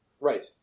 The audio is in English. Right